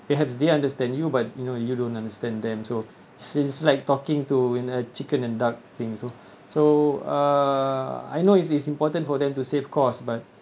perhaps they understand you but you know you don't understand them so since like talking to in a chicken and duck thing so so uh I know it's it's important for them to save costs but